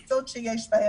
והקבוצות שיש.